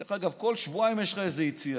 דרך אגב, כל שבועיים יש לך איזו יציאה.